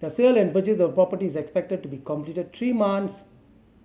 the sale and purchase of property is expected to be completed three months